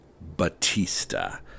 Batista